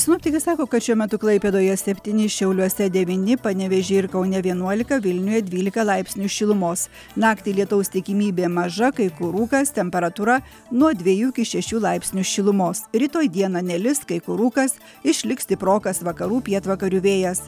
sinoptikai sako kad šiuo metu klaipėdoje septyni šiauliuose devyni panevėžy ir kaune vienuolika vilniuje dvylika laipsnių šilumos naktį lietaus tikimybė maža kai kur rūkas temperatūra nuo dviejų iki šešių laipsnių šilumos rytoj dieną nelis kai kur rūkas išliks stiprokas vakarų pietvakarių vėjas